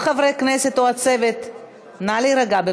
או חברי הכנסת או הצוות, נא להירגע.